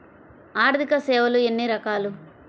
ఆర్థిక సేవలు ఎన్ని రకాలు?